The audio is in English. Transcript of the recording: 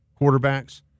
quarterbacks